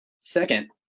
Second